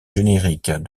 générique